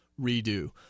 redo